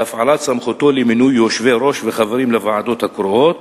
להפעלת סמכותו למינוי יושבי-ראש וחברים לוועדות הקרואות,